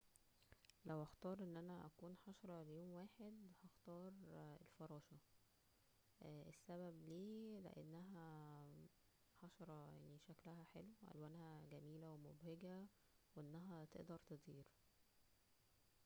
لو اختار ان انا اكون حشرة ليوم واحد, هختار ألفراشة والسبب ليه لانها حشرة يعنى شكلها حلو والونها جميلة ومبهجة ,وانها تقدر تطير